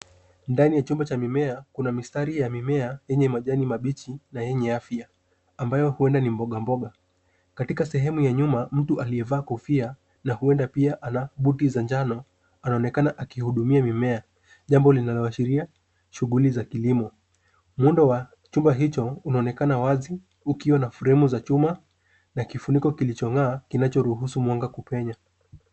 Ndani ya chumba cha mimea, kuna mistari ya mimea, yenye majani mabichi na yenye afya, ambayo huenda ni mboga mboga. Katika sehemu ya nyuma, mtu aliyevaa kofia na huenda pia ana buti za njano, anaonekana akihudumia mimea, jambo linaloashiria shughuli za kilimo. Muundo wa chumba hicho unaonekana wazi ukiwa na fremu za chuma na kifuniko kilichong'aa kinachoruhusu mwanga kupenya.